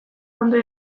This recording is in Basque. ondo